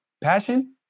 passion